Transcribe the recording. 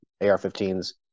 AR-15s